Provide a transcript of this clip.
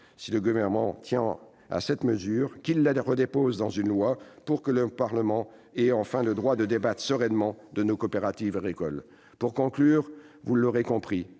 Si le Gouvernement tient à cette disposition, qu'il la présente dans un projet de loi pour que le Parlement ait enfin le droit de débattre sereinement de nos coopératives agricoles ! Pour conclure, vous l'aurez compris,